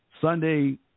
Sunday